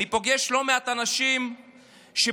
אני פוגש לא מעט אנשים שבשיחות